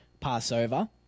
Passover